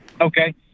Okay